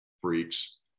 freaks